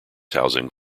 housing